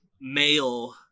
male